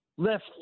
Left